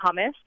hummus